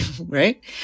right